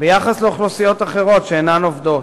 ביחס לאוכלוסיות אחרות שאינן עובדות.